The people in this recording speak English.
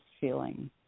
feeling